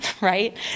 right